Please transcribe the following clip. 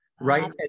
right